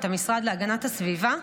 את המשרד להגנת הסביבה,